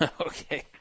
Okay